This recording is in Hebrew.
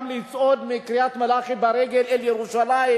גם לצעוד מקריית-מלאכי ברגל אל ירושלים,